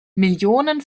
millionen